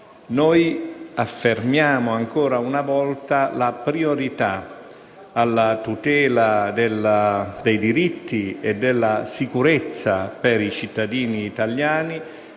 Noi affermiamo ancora una volta come prioritaria la tutela dei diritti e della sicurezza per i cittadini italiani